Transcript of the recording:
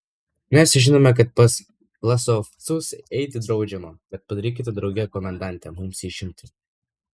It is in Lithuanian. mes žinome kad pas vlasovcus eiti draudžiama bet padarykit drauge komendante mums išimtį